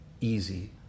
easy